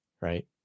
right